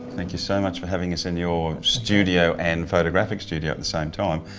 thank you so much for having us in your studio and photographic studio at the same time.